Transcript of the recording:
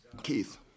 Keith